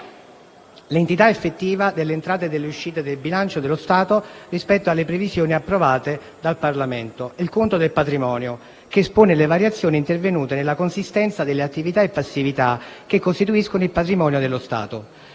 l'entità effettiva delle entrate e delle uscite del bilancio dello Stato rispetto alle previsioni approvate dal Parlamento, e il conto del patrimonio, che espone le variazioni intervenute nella consistenza delle attività e passività che costituiscono il patrimonio dello Stato.